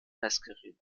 messgerät